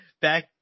back